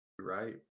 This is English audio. right